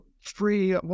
free